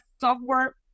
software